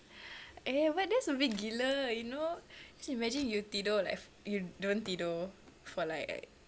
eh but that's a bit gila you know just imagine you tidur like you don't tidur for like